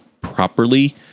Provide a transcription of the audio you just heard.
properly